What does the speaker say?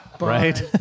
Right